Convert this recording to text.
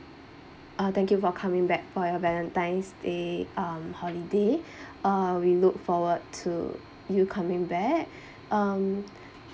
uh thank you for coming back for your valentine's day um holiday uh we look forward to you coming back um